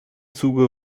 zuge